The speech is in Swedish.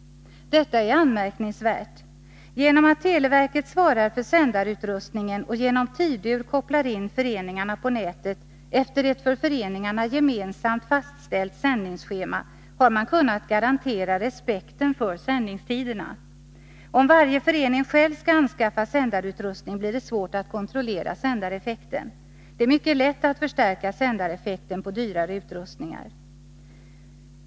Detta är anmärkningsvärt. Genom att televerket svarar för sändarutrustningen och genom tidur kopplar in föreningarna på nätet efter ett för föreningarna gemensamt fastställt sändningsschema har man kunnat garantera respekten för sändningstiderna. Om varje förening själv skall anskaffa sändarutrustning, blir det svårt att kontrollera sändareffekten. Det är mycket lätt att förstärka sändareffekten på dyrare utrustningar.